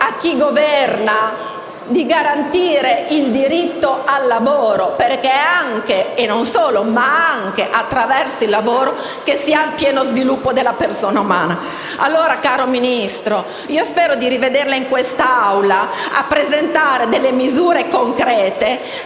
a chi governa di garantire il diritto al lavoro, perché è anche (e non solo) attraverso il lavoro che si attua lo sviluppo della persona umana. Allora, caro Ministro, spero di rivederla in quest'Aula a presentare misure concrete